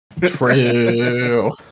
True